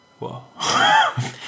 whoa